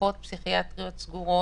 במחלקות פסיכיאטריות סגורות.